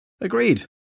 Agreed